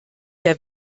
der